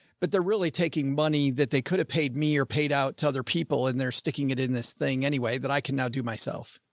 but they're really taking money that they could have paid me or paid out to other people, and they're sticking it in this thing anyway that i can now do myself.